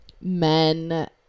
men